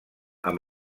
amb